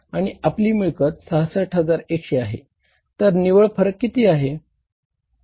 आणि आपली मिळकत 66100 आहे तर निव्वळ फरक किती आहे